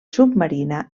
submarina